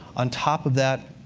on top of that,